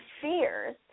fears